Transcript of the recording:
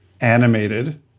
animated